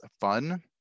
fun